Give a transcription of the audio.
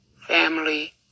family